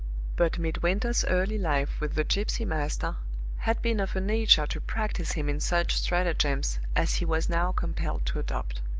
but midwinter's early life with the gypsy master had been of a nature to practice him in such stratagems as he was now compelled to adopt.